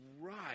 right